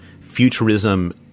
futurism